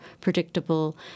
predictable